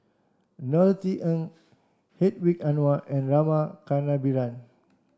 Norothy Ng Hedwig Anuar and Rama Kannabiran